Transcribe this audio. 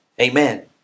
amen